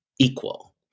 equal